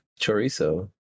chorizo